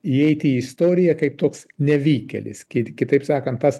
įeiti į istoriją kaip toks nevykėlis kit kitaip sakant tas